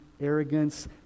arrogance